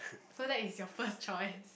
so that is your first choice